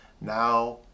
now